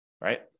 right